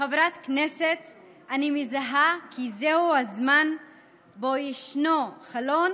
כחברת כנסת אני מזהה כי זהו הזמן שבו יש חלון